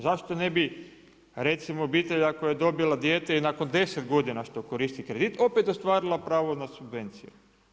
Zašto ne bi, recimo obitelj ako je dobila dijete i nakon 10 godina što koristi kredit, opet ostvarila pravo na subvenciju.